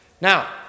Now